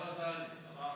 אוסאמה סעדי.